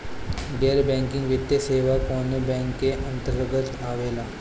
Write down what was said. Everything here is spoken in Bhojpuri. गैर बैंकिंग वित्तीय सेवाएं कोने बैंक के अन्तरगत आवेअला?